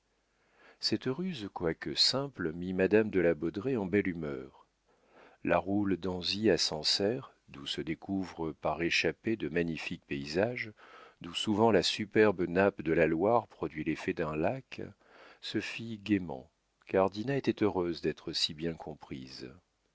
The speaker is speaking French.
cette ruse quoique simple mit madame de la baudraye en belle humeur la route d'anzy à sancerre d'où se découvrent par échappées de magnifiques paysages d'où souvent la superbe nappe de la loire produit l'effet d'un lac se fit gaiement car dinah était heureuse d'être si bien comprise